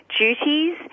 duties